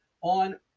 on